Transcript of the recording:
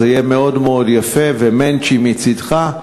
זה יהיה מאוד מאוד יפה ו"מענטשי" מצדך.